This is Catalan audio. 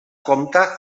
compta